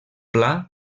pla